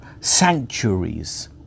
sanctuaries